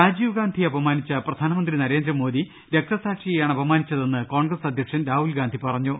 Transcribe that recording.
രാജീവ് ഗാന്ധിയെ അപമാനിച്ച പ്രധാനമന്ത്രി നരേന്ദ്രമോദി രക്ത സാക്ഷിയെയാണ് അപമാനിച്ചതെന്ന് കോൺഗ്രസ് അധ്യക്ഷൻ രാഹുൽ ഗാന്ധി പറഞ്ഞു